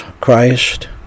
Christ